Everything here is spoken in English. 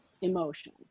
emotion